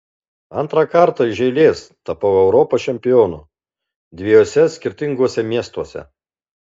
antrą kartą iš eilės tapau europos čempionu dviejuose skirtinguose miestuose